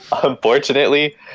Unfortunately